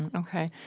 and okay.